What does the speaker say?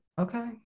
Okay